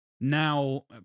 now